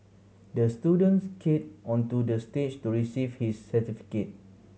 the student skated onto the stage to receive his certificate